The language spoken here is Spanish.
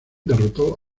derrotó